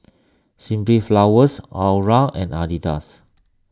Simply Flowers Iora and Adidas